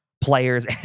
players